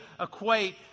equate